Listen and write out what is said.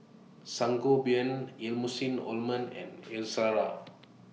Sangobion Emulsying Ointment and Ezerra